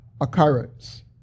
occurrence